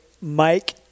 Mike